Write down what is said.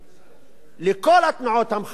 לכל תנועות המחאה הפוליטיות